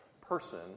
person